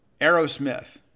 Aerosmith